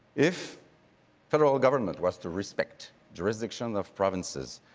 if federal ah government was to respect jurisdiction of provinces,